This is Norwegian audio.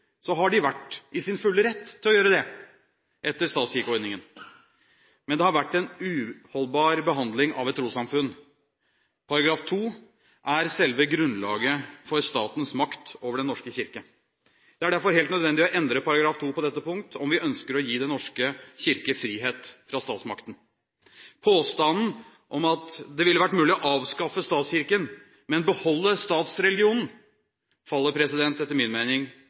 har de vært i sin fulle rett til å gjøre det etter statskirkeordningen, men det har vært en uholdbar behandling av et trossamfunn. Paragraf 2 er selve grunnlaget for statens makt over Den norske kirke. Det er derfor helt nødvendig å endre § 2 på dette punkt om vi ønsker å gi Den norske kirke frihet fra statsmakten. Påstanden om at det ville vært mulig å avskaffe statskirken, men beholde statsreligionen faller etter min mening